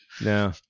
No